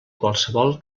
qualsevol